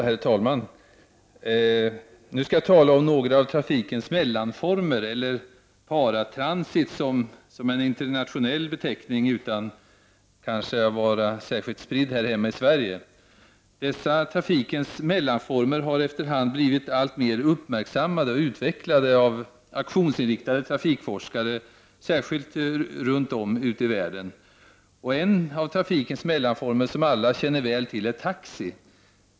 Herr talman! Jag skall tala om några av trafikens mellanformer — eller paratransit, som är en internationell benämning som inte spritts särskilt mycket här hemma i Sverige. Dessa trafikens mellanformer har efter hand blivit alltmer uppmärksammade och utvecklade av aktionsinriktade trafikforskare runt om i världen. En mellanform som alla väl känner till är ju taxi.